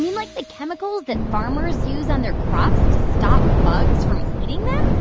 like, the chemicals that farmers use on their crops to stop bugs from eating them?